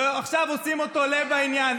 ועכשיו עושים אותו לב העניין.